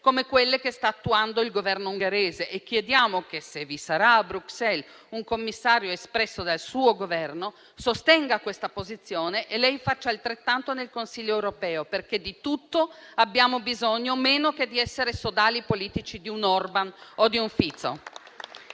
come quelle che sta attuando il Governo ungherese e chiediamo che, se vi sarà a Bruxelles un commissario espresso dal suo Governo, sostenga questa posizione e lei faccia altrettanto nel Consiglio europeo, perché di tutto abbiamo bisogno meno che di essere sodali politici di un Orbán o di un Fico.